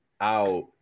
out